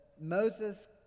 Moses